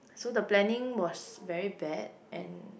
so the planning was very bad and